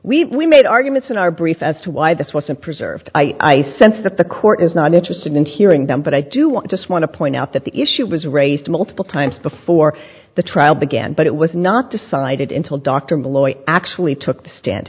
that we made arguments in our brief as to why this wasn't preserved i sense that the court is not interested in hearing them but i do want just want to point out that the issue was raised multiple times before the trial began but it was not decided until dr malloy actually took the stand